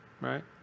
right